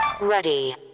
Ready